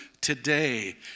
today